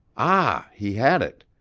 ah, he had it.